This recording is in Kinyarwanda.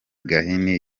gahini